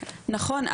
נכון,